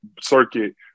circuit